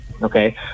Okay